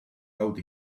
out